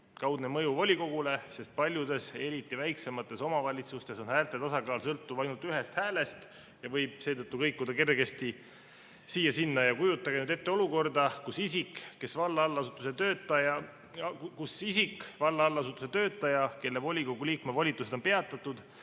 kaudne mõju volikogule, sest paljudes, eriti väiksemates omavalitsustes sõltub häälte tasakaal ainult ühest häälest ja võib seetõttu kergesti kõikuda siia-sinna. Kujutage nüüd ette olukorda, kus isik, valla allasutuse töötaja, kelle volikogu liikme volitused on peatatud,